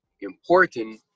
important